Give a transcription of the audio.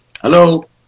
Hello